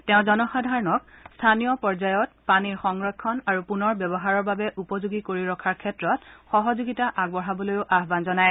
তেওঁ জনসাধাৰণক স্থানীয় পৰ্যায়ত পানীৰ সংৰক্ষণ আৰু পুনঃ ব্যৱহাৰৰ বাবে উপযোগী কৰি ৰখাৰ ক্ষেত্ৰত সহযোগিতা আগবঢ়াবলৈও আহান জনায়